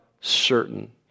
certain